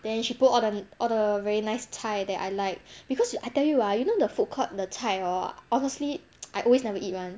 then she put all the all the very nice 菜 that I like because you I tell you ah you know the food court the 菜 orh honestly I always never eat [one]